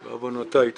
בעוונותיי.